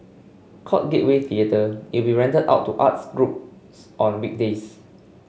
called Gateway Theatre it will be rented out to arts groups on weekdays